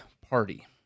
Party